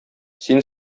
син